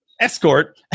escort